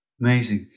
amazing